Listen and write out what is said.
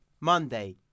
Monday